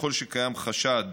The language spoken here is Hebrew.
ככל שקיים חשד